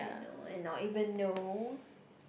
and not even know